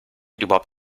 überhaupt